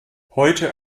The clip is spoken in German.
heute